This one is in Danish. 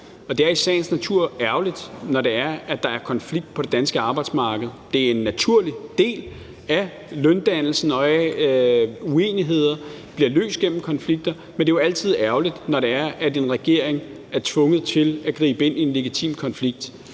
og det er i sagens natur ærgerligt, når der er konflikt på det danske arbejdsmarked. Det er en naturlig del af løndannelsen, og uenigheder bliver løst gennem konflikter, men det er jo altid ærgerligt, når en regering er tvunget til at gribe ind i en legitim konflikt.